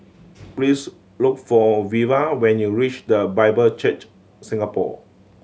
please look for Veva when you reach The Bible Church Singapore